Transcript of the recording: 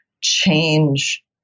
change